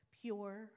pure